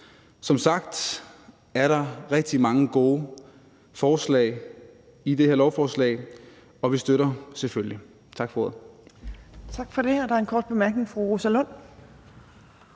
som sagt rigtig mange gode forslag i det her lovforslag, og vi støtter det selvfølgelig. Tak for ordet.